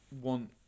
want